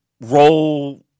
role